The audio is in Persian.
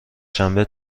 شنبه